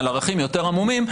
על ערכים יותר עמומים,